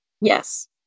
Yes